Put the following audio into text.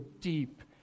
deep